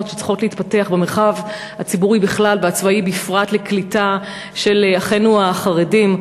שצריכות להתפתח במרחב הציבורי בכלל והצבאי בפרט לקליטה של אחינו החרדים,